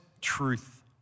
truth